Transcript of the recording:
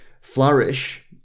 flourish